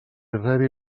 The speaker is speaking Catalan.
rebi